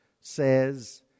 says